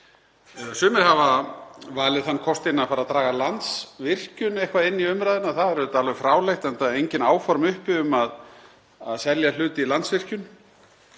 Sumir hafa valið þann kostinn að fara að draga Landsvirkjun eitthvað inn í umræðuna. Það er auðvitað alveg fráleitt, enda engin áform uppi um að selja hlut í Landsvirkjun.